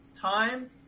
time